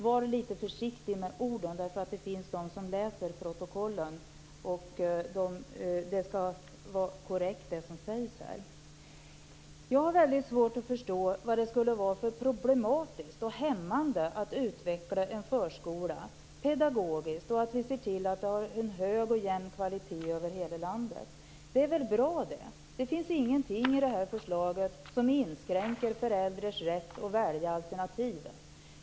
Var litet försiktigt med orden! Det finns nämligen de som läser protokollen, och det som sägs här skall vara korrekt. Jag har väldigt svårt att förstå vad det skulle vara för problematiskt och hämmande med att utveckla förskolan pedagogisk och att se till att vi har en hög och jämn kvalitet över hela landet. Det är väl bra! Det finns ingenting i det här förslaget som inskränker föräldrars rätt att välja andra alternativ.